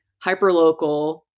hyperlocal